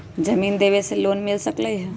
जमीन देवे से लोन मिल सकलइ ह?